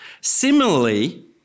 Similarly